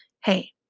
hey